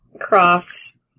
Crofts